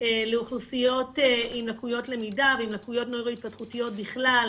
לאוכלוסיות עם לקויות למידה ועם לקויות נוירו-התפתחותיות בכלל,